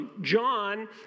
John